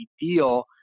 deal